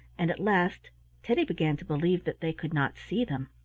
and at last teddy began to believe that they could not see them.